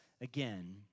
again